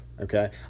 okay